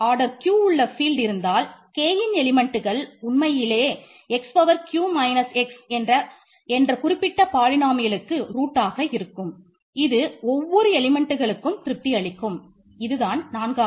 alpha